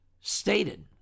stated